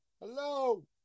Hello